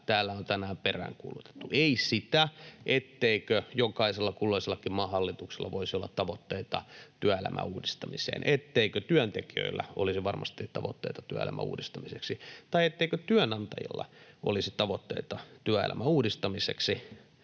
täällä on tänään peräänkuulutettu, ei sitä, etteikö jokaisella, kulloisellakin maan hallituksella voisi olla tavoitteita työelämän uudistamiseksi, etteikö työntekijöillä olisi varmasti tavoitteita työelämän uudistamiseksi tai etteikö työnantajalla olisi tavoitteita työelämän uudistamiseksi,